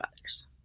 others